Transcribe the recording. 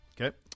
Okay